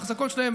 מהאחזקות שלהם,